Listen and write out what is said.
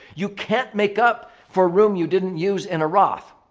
you can't make up for room you didn't use in a roth.